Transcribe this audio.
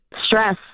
Stress